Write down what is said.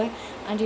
ya